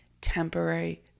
temporary